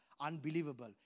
unbelievable